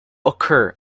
occur